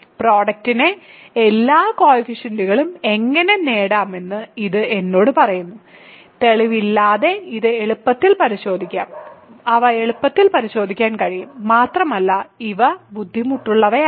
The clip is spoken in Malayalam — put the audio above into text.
പ്രൊഡക്ടിന്റെ എല്ലാ കോയിഫിഷ്യന്റുകളും എങ്ങനെ നേടാമെന്ന് ഇത് എന്നോട് പറയുന്നു തെളിവ് ഇല്ലാതെ ഇവ എളുപ്പത്തിൽ പരിശോധിക്കാം അവ എളുപ്പത്തിൽ പരിശോധിക്കാൻ കഴിയും മാത്രമല്ല ഇവ ബുദ്ധിമുട്ടുള്ളവയല്ല